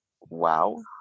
wow